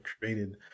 created